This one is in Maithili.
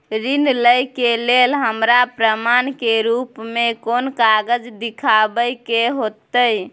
ऋण लय के लेल हमरा प्रमाण के रूप में कोन कागज़ दिखाबै के होतय?